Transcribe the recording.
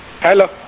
Hello